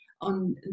on